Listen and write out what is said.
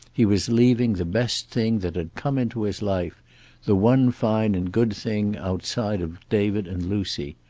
he was leaving the best thing that had come into his life the one fine and good thing, outside of david and lucy.